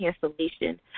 cancellation